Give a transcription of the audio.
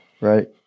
right